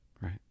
Right